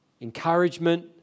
encouragement